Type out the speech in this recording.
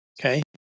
Okay